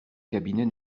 cabinet